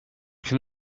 can